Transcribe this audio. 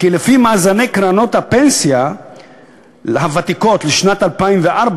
כי לפי מאזני קרנות הפנסיה הוותיקות לשנת 2004,